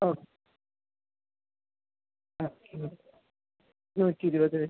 ഓ okay നൂറ്റി ഇരുപത്